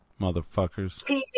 motherfuckers